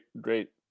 great